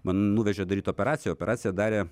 man nuvežė daryti operaciją operaciją darė